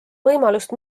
võimalust